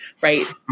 right